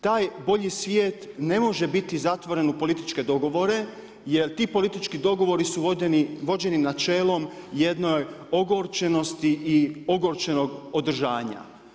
Taj bolji svijet ne može biti zatvoren u političke dogovore jer ti politički dogovoru su vođeni načelom jedne ogorčenosti i ogorčenog održanja.